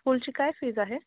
स्कुलची काय फीज आहे